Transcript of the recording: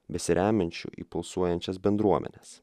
besiremiančiu į pulsuojančias bendruomenes